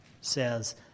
says